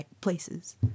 places